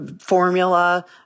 formula